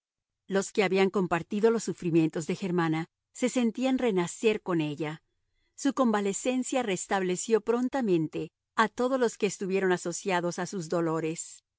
los que habían compartido los sufrimientos de germana se sentían renacer con ella su convalecencia restableció prontamente a todos los que estuvieron asociados a sus dolores